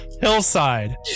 hillside